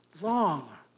long